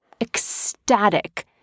ecstatic